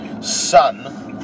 son